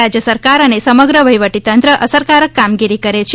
રાજય સરકાર અને સમગ્ર વહીવટી તંત્ર અસરકારક કામગીરી કરે છે